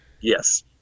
Yes